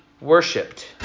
worshipped